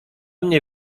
mnie